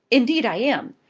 indeed i am.